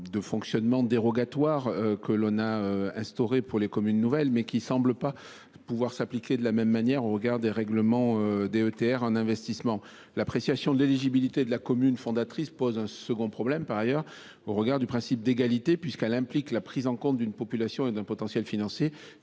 de fonctionnement dérogatoires instaurées pour les communes nouvelles. Qui plus est, il ne semble pas pouvoir s’appliquer de la même manière, au regard des règles de la DETR en matière d’investissement. L’appréciation de l’éligibilité de la commune fondatrice pose un autre problème au regard du principe d’égalité, puisqu’elle implique la prise en compte d’une population et d’un potentiel financier